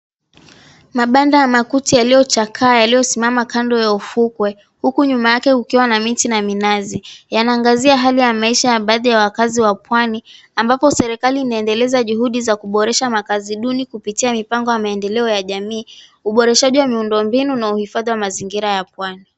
Maganda ya makuti yaliyochakaa yaliyosimama kando ya ufukwe, huku nyuma yake ukiwa na miti na minazi, yanaangazia hali ya maisha ya baadhi ya wakazi wa pwani. Ambapo serikali inaendeleza juhudi za kuboresha makazi duni kupitia mipango ya maendeleo ya jamii, uboreshaji wa miundombinu na uhifadhi wa mazingira ya pwani.